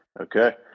Okay